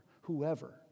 Whoever